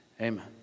amen